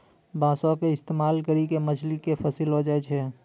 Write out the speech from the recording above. बांसो के इस्तेमाल करि के मछली के फसैलो जाय छै